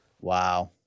Wow